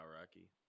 Rocky